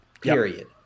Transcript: period